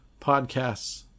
podcasts